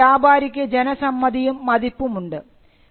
കാരണം വ്യാപാരിക്ക് ജനസമ്മതിയും മതിപ്പും ഉണ്ട്